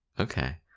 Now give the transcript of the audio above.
Okay